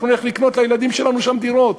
אנחנו נלך לקנות לילדים שלנו דירות שם.